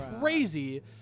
crazy